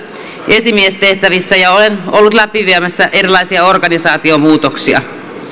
esimiestehtävissä ja olen ollut viemässä läpi erilaisia organisaatiomuutoksia